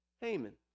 Haman